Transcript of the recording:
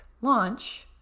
launch